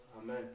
Amen